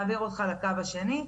מעביר אותך לקו השני,